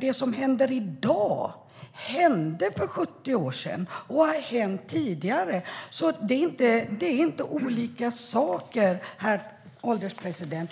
Det som händer i dag hände för 70 år sedan och har hänt tidigare. Det är inte olika saker, herr ålderspresident.